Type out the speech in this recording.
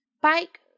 bike